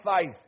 faith